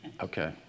Okay